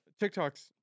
TikToks